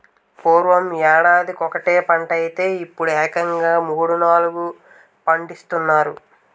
పూర్వం యేడాదికొకటే పంటైతే యిప్పుడేకంగా మూడూ, నాలుగూ పండిస్తున్నారు